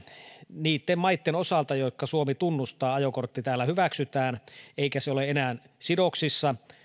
niitten maitten osalta jotka suomi tunnustaa ajokortti täällä hyväksytään eikä se ole enää sidoksissa